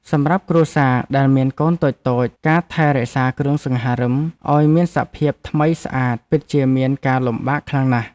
សម្រាប់គ្រួសារដែលមានកូនតូចៗការថែរក្សាគ្រឿងសង្ហារិមឱ្យមានសភាពថ្មីស្អាតពិតជាមានការលំបាកខ្លាំងណាស់។